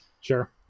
Sure